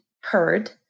heard